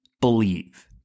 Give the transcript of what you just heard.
believe